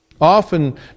Often